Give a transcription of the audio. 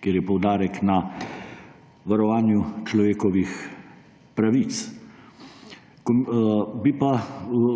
kjer je poudarek na varovanju človekovih pravic. Bi pa